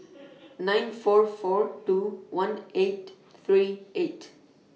nine four four two one eight three eight